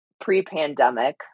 pre-pandemic